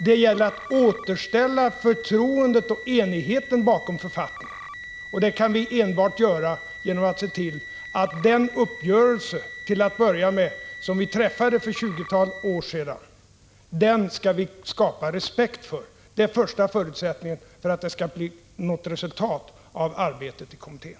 Det gäller att återställa förtroendet och enigheten bakom författningen, och det kan vi enbart göra genom att till att börja med se till att skapa respekt för den uppgörelse som vi träffade för ett tjugotal år sedan. Det är första förutsättningen för att det skall bli något resultat av arbetet i kommittén.